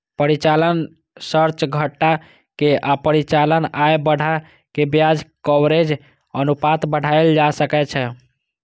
परिचालन खर्च घटा के आ परिचालन आय बढ़ा कें ब्याज कवरेज अनुपात बढ़ाएल जा सकै छै